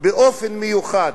באופן מיוחד.